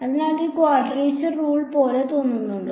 അതിനാൽ ഇത് ഒരു ക്വാഡ്രേച്ചർ റൂൾ പോലെ തോന്നുന്നുണ്ടോ